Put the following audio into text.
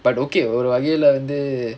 but okay ஒரு வகையில வந்து:oru vagaiyila vanthu